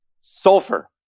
Sulfur